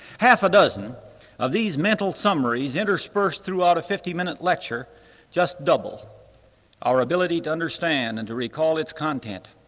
half a dozen of these mental summaries interspersed throughout a fifty-minute lecture just double our ability to understand and to recall its content.